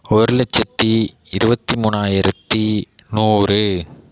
ஒரு லட்சத்து இருபத்தி மூணாயிரத்து நூறு